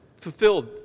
fulfilled